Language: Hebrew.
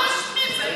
לא להשמיץ.